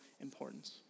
importance